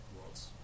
worlds